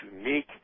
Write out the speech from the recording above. unique